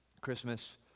Christmas